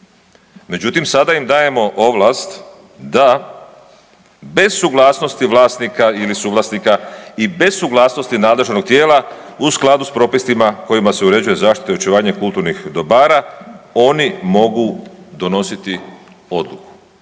Međutim, sada im dajemo ovlast da bez suglasnosti vlasnika ili suvlasnika i bez suglasnosti nadležnog tijela u skladu s propisima kojima se uređuje zaštita i očuvanje kulturnih dobara oni mogu donositi odluku,